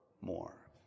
more